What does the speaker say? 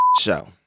show